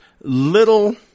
little